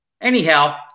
Anyhow